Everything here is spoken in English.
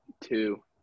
Two